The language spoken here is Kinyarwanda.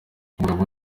umugabo